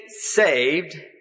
saved